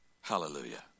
hallelujah